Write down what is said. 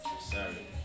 Sorry